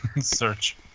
search